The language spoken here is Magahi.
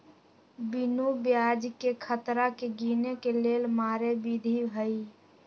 बिनु ब्याजकें खतरा के गिने के लेल मारे विधी हइ